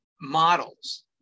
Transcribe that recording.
models